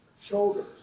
shoulders